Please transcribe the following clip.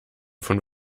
von